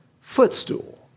footstool